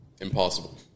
Impossible